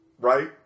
Right